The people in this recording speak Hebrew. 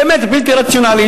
באמת בלתי רציונלית,